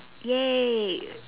!yay!